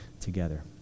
together